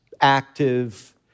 active